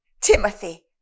Timothy